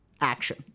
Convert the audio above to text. action